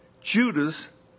Judas